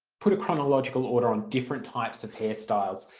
put a chronological order on different types of hairstyles